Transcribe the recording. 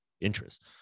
interest